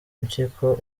impyiko